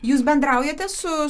jūs bendraujate su